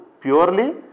purely